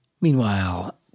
Meanwhile